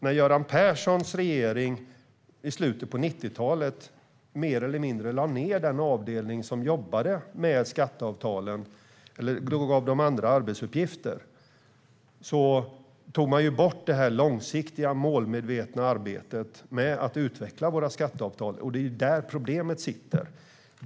När Göran Perssons regering i slutet av 90-talet mer eller mindre lade ned den avdelning som jobbade med skatteavtalen eller gav dem andra arbetsuppgifter tog man bort det långsiktiga, målmedvetna arbetet med att utveckla våra skatteavtal. Det är där problemet sitter.